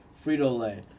Frito-Lay